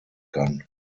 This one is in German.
kann